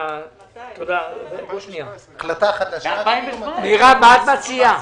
מה את מציעה?